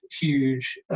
huge